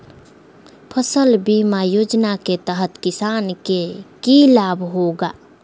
फसल बीमा योजना के तहत किसान के की लाभ होगा?